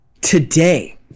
today